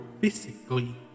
physically